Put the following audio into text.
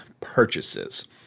purchases